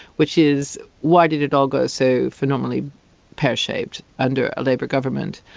which is why did it all go so phenomenally pear-shaped under a labour government?